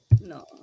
No